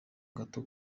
gato